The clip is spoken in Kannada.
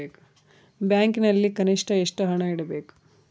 ಬ್ಯಾಂಕಿನಲ್ಲಿ ಕನಿಷ್ಟ ಎಷ್ಟು ಹಣ ಇಡಬೇಕು?